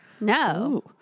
No